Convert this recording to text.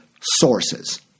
sources